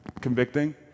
convicting